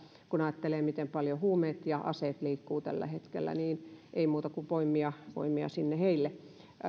kun ajattelee miten paljon huumeet ja aseet liikkuvat tällä hetkellä ja koronakin tuo uusia ulottuvuuksia siihen työhön että ei muuta kuin voimia sinne heille